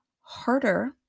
harder